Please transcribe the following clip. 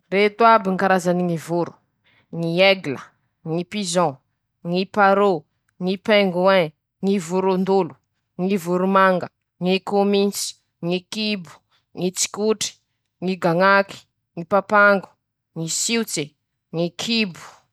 Misy roa ambiny folo moa ñy karazam-pia aminy ñy firenenako atoy araky ñy hevitsiko, laha ñy vinavina avao ro hambara eto moa añatiny zay: -ñy fia bodoloha, ñy longimbato, ñy geba, ñy fia saridiny ñy saboto, ñy lamatra, ñ' aloalo, ñy lañora, ñy fia ndolo, ñ' amboramasaky, ñy angy, ñy kapiteny.